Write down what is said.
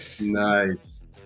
Nice